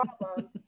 problem